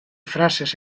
frases